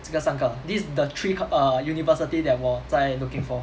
这个三个 this is the three c~ err university that 我在 looking for